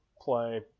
play